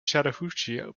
chattahoochee